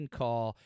call